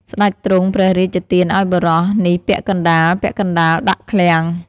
ស្តេចទ្រង់ព្រះរាជទានឱ្យបុរស នោះពាក់កណ្ដាលៗដាក់ឃ្លាំង។